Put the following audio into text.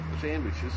sandwiches